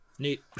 Neat